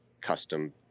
custom